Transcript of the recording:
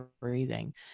breathing